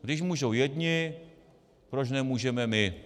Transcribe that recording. Když můžou jedni, proč nemůžeme my.